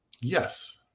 Yes